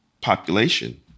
population